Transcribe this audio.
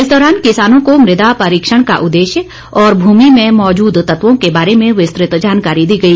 इसे दौरान किसानों को मृदा परीक्षण का उददेश्य और भूमि में मौजूद तत्वों के बारे में विस्तृत जानकारी दी गई